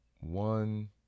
One